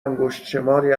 انگشتشماری